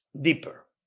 deeper